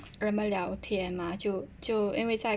聊天吗就因为在